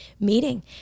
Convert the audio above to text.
meeting